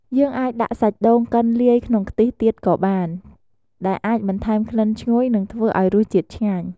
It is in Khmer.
យើងអាចដាក់សាច់ដូងកិនលាយក្នុងខ្ទិះទៀតក៏បាន ដែលអាចបន្ថែមក្លិនឈ្ងុយ និងធ្វើឱ្យរសជាតិឆ្ងាញ់។